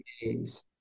days